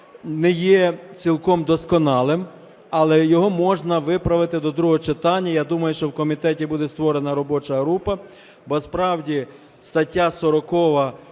не є цілком досконалим, але його можна виправити до другого читання. Я думаю, що в комітеті буде створена робоча група, бо, справді, стаття 40